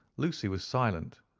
lucy was silent,